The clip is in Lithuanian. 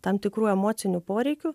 tam tikrų emocinių poreikių